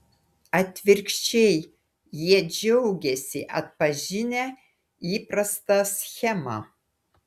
atvirkščiai jie džiaugiasi atpažinę įprastą schemą